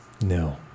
No